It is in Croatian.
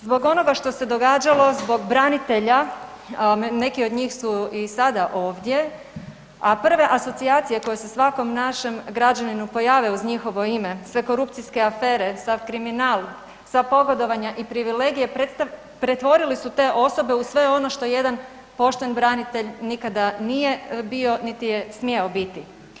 Zbog onoga što se događalo, zbog branitelja neki od njih su i sada ovdje, a prve asocijacije koje se svakom našem građaninu pojave uz njihovo ime sve korupcijske afere, sav kriminal, sva pogodovanja i privilegije pretvorili su te osobe u sve ono što jedan pošten branitelj nikada nije bio niti je smjeo biti.